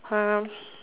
uh